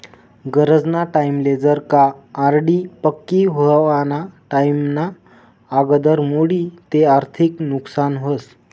गरजना टाईमले जर का आर.डी पक्की व्हवाना टाईमना आगदर मोडी ते आर्थिक नुकसान व्हस